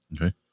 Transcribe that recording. okay